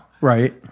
Right